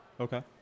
Okay